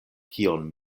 kion